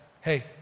Hey